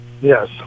Yes